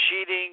cheating